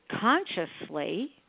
consciously